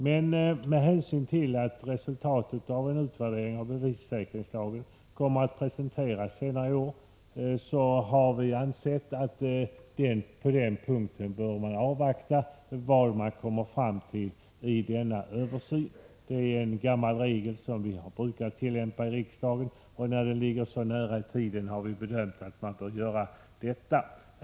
Men med hänsyn till att resultatet av en utvärdering av bevissäkringslagen kommer att presenteras senare i år har vi ansett att man på den punkten bör avvakta vad som kommer fram i denna översyn. Det är en gammal regel som vi brukar tillämpa i riksdagen, och när utvärderingen ligger så nära i tiden har vi bedömt det som lämpligt att göra så.